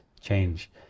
change